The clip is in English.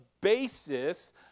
basis